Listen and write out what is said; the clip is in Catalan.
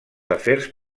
afers